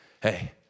hey